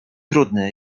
trudny